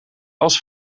als